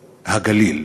הגליל.